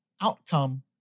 outcome